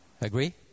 Agree